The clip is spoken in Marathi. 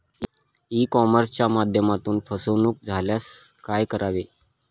ई कॉमर्सच्या माध्यमातून फसवणूक झाल्यास काय करावे?